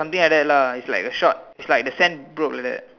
sometime like that lah it's like a shot it's like the sand broke like that